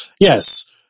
Yes